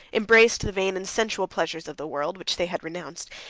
embraced the vain and sensual pleasures of the world, which they had renounced,